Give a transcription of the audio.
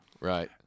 Right